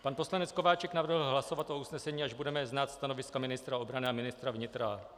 Pan poslanec Kováčik navrhl hlasovat o usnesení, až budeme znát stanoviska ministra obrany a ministra vnitra.